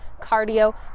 cardio